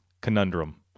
conundrum